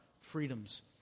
freedoms